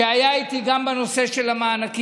הוא היה איתי גם בנושא של המענקים,